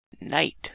night